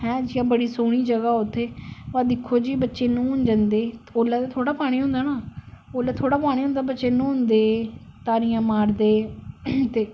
है बड़ी सोहनी जगह उत्थै पर दिक्खो जी बच्चे न्हौन जंदे उसले ते थोह्ड़ा गै पानी होंदा ना उसलै थोह्ड़ा पानी होंदा बच्चे न्हौंदे तारियां मारदे ते